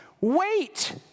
Wait